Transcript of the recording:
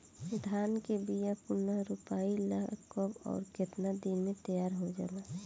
धान के बिया पुनः रोपाई ला कब और केतना दिन में तैयार होजाला?